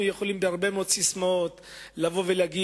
אנחנו יכולים בהרבה מאוד ססמאות לבוא ולומר: